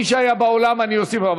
מי שהיה באולם, אני אוסיף אותו.